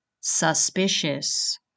suspicious